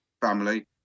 family